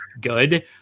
good